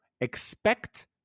expect